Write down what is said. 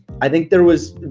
i think there was.